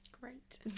great